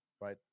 right